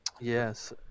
Yes